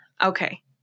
Okay